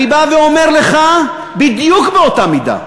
אני אומר לך, בדיוק באותה מידה,